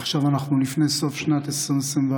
ועכשיו אנחנו לפני סוף שנת 2021,